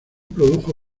produjo